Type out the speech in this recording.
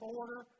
order